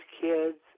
kids